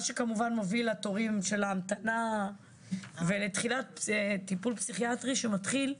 מה שכמובן מוביל לתורים של ההמתנה ולתחילת טיפול פסיכיאטרי שמתחיל,